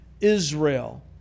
Israel